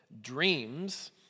dreams